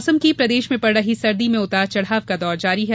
मौसम प्रदेश में पड़ रही सर्दी में उतार चढ़ाव का दौर जारी है